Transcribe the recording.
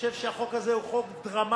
אני חושב שהחוק הזה הוא חוק דרמטי.